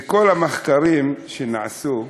מכל המחקרים שנעשו,